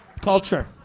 Culture